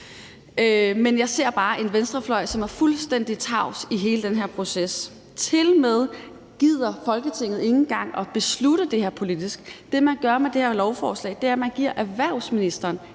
Men jeg ser bare en venstrefløj, som er fuldstændig tavs i hele den her proces. Tilmed gider Folketinget ikke engang at beslutte det her politisk. Det, man gør med det her lovforslag, er, at man giver erhvervsministeren